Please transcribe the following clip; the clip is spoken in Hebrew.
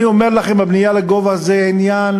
אני אומר לכם שהבנייה לגובה זה עניין